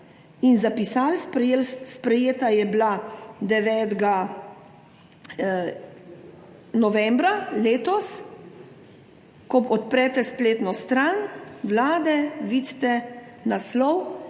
zapisali? Sprejeta je bila 9. novembra letos. Ko odprete spletno stran Vlade, vidite naslov